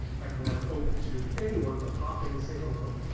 i can have an open to anyone to pop in and say hello